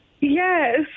yes